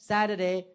Saturday